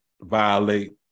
violate